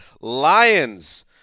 Lions